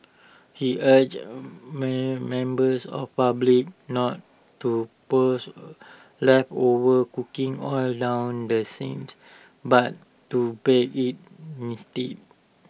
he urged man members of public not to pours leftover cooking oil down the sink but to bag IT instead